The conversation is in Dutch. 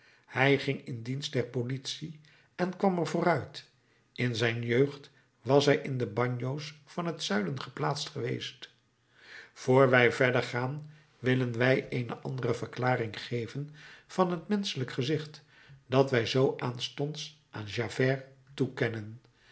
hij ging in dienst der politie en kwam er vooruit in zijn jeugd was hij in de bagno's van het zuiden geplaatst geweest voor wij verder gaan willen wij eene andere verklaring geven van het menschelijk gezicht dat wij zoo aanstonds aan javert toekenden